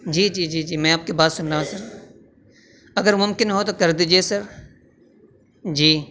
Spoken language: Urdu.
جی جی جی جی میں آپ کی بات سن رہا ہوں سر اگر ممکن ہو تو کر دیجیے سر جی